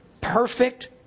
perfect